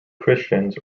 christians